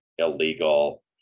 illegal